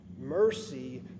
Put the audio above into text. Mercy